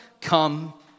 come